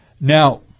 Now